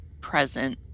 present